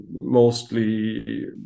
mostly